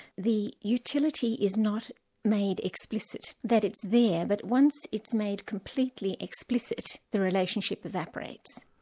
the utility is not made explicit, that it's there, but once it's made completely explicit, the relationship evaporates.